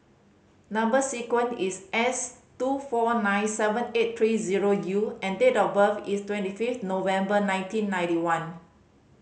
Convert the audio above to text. number sequence is S two four nine seven eight three zero U and date of birth is twenty fifth November nineteen ninety one